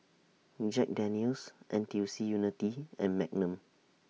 Jack Daniel's N T U C Unity and Magnum